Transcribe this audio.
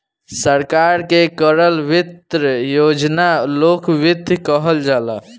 सरकार के करल वित्त योजना लोक वित्त कहल जाला